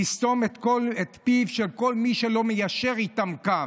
לסתום את פיו של כל מי שלא מיישר איתם קו.